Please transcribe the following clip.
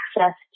access